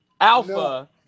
Alpha